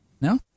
No